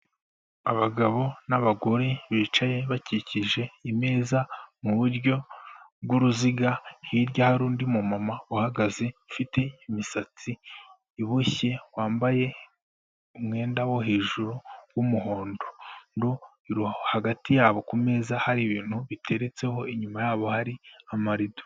Abagabo n'abagore bicaye bakikije imeza mu buryo bw'uruziga, hirya hari undi mumama uhagaze ufite imisatsi iboshye, wambaye umwenda wo hejuru w'umuhondo. hagati yabo ku meza hari ibintu biteretseho inyuma yabo hari amarido.